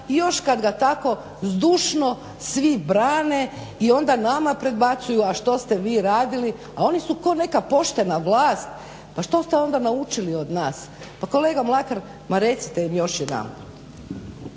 i još kad ga tako zdušno svi brane i onda nama predbacuju a što ste vi radili, a oni su kao neka poštena vlast, pa što ste onda naučili od nas. Pa kolega Mlakar, recite im još jedanput.